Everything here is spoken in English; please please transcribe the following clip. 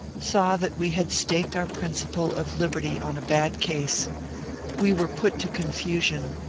saw that we had staked our principle of liberty on a bad case we were put to confusion,